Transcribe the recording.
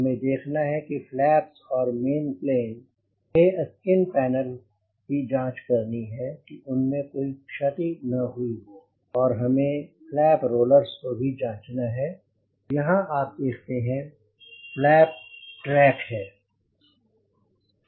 हमें देखना है कि फ्लैप्स और मेन प्लेन के स्किन पेनल्स की जांच करनी कि उनमें कोई क्षति न हुई हो और हमें फ्लैप रोलर्स को भी जांचना है यहाँ आप देखते हैं फ्लैप ट्रैक है